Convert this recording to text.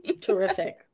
Terrific